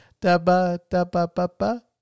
Da-ba-da-ba-ba-ba